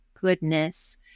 goodness